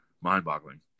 mind-boggling